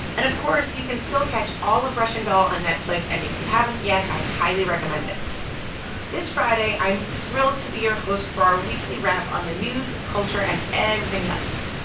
and, of course, you can still catch all of russian doll on netflix. and if you haven't yet, i highly recommend it this friday, i'm thrilled to be your host for our weekly wrap on the news, culture and everything else.